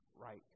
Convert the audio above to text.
right